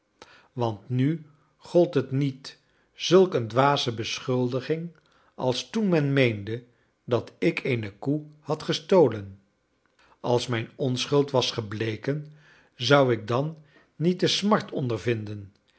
want nu gold het niet zulk eene dwaze beschuldiging als toen men meende dat ik eene koe had gestolen als mijne onschuld was gebleken zou ik dan niet de smart ondervinden